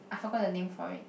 I forgot the name for it